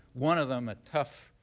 one of them a tough,